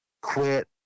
quit